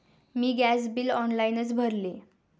मी gas bill ऑनलाइनच भरले